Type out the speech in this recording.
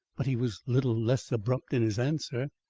but he was little less abrupt in his answer.